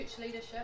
leadership